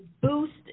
boost